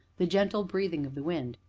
the gentle breathing of the wind,